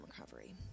recovery